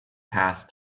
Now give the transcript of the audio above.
passed